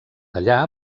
allà